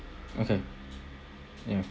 okay ya